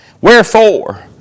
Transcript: Wherefore